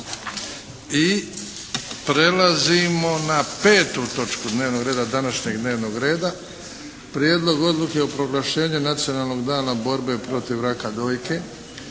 Prelazimo na 5. točku dnevnog reda današnjeg. - Prijedlog odluke o proglašenju "Nacionalnog dana borbe protiv raka dojke"